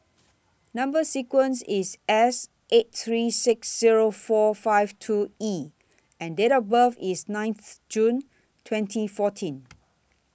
Number sequence IS S eight three six Zero four five two E and Date of birth IS nine June twenty fourteen